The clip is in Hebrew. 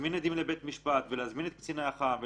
להזמין עדים לבית משפט ולהזמין קציני אח"מ,